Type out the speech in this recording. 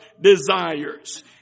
desires